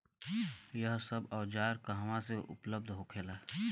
यह सब औजार कहवा से उपलब्ध होखेला?